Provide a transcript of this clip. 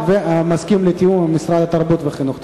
ומסכים לתיאום עם משרד התרבות ומשרד החינוך.